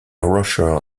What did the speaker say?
rocher